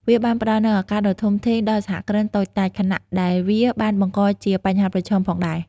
វាបានផ្តល់នូវឱកាសដ៏ធំធេងដល់សហគ្រិនតូចតាច ខណៈដែលវាបានបង្កជាបញ្ហាប្រឈមផងដែរ។